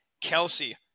Kelsey